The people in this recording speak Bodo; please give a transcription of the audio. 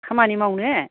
खामानि मावनो